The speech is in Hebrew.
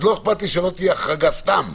לא אכפת לי שלא תהיה החרגה סתם,